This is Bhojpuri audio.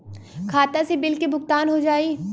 खाता से बिल के भुगतान हो जाई?